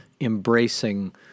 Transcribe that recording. embracing